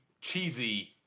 cheesy